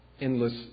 endless